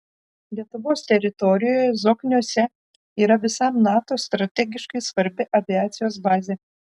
lietuvos teritorijoje zokniuose yra visam nato strategiškai svarbi aviacijos bazė